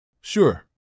Sure